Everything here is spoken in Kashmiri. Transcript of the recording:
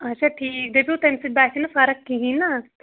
اچھا ٹھیٖک دٔپِو تَمہِ سۭتۍ باسے نہٕ فرٕق کِہیٖنٛۍ نا